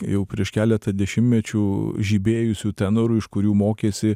jau prieš keletą dešimtmečių žibėjusių tenorų iš kurių mokėsi